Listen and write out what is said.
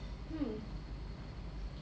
hmm